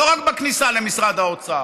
לא רק בכניסה למשרד האוצר.